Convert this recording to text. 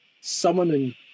summoning